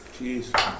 Jeez